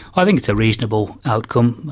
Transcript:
i think it's a reasonable outcome.